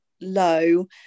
low